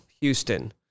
Houston